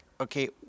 okay